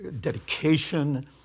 dedication